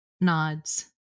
nods